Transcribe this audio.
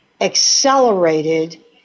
accelerated